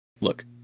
Look